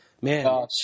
Man